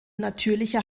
natürlicher